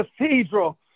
Cathedral